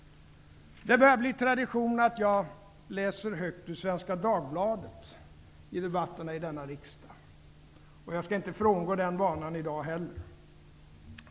Det börjar bli tradition att jag läser högt ur Svenska Dagbladet i debatterna i denna riksdag. Jag skall inte frångå den vanan i dag heller.